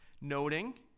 noting